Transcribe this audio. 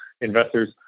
investors